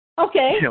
Okay